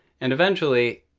and eventually,